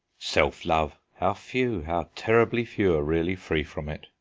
self-love! how few, how terribly few, are really free from it!